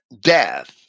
death